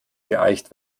geeicht